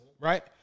Right